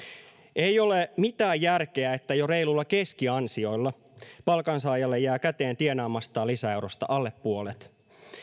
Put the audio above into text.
ei ole mitään järkeä että jo reiluilla keskiansioilla palkansaajalle jää käteen tienaamastaan lisäeurosta alle puolet